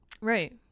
right